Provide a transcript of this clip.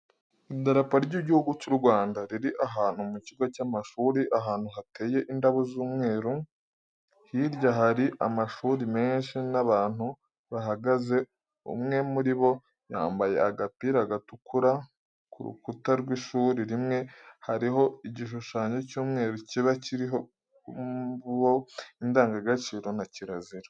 Idarapo ry'igihugu cy'u Rwanda riri ahantu mu kigo cy'amashuri ahantu hateye indabo z'umweru. Hirya hari amashuri menshi n'abantu bahagaze umwe muri bo yambaye agapira gatukura. Ku rukuta rw'ishuri rimwe hariho igishushanyo cy'umweru kiba kiribo indangagaciro na kirazira.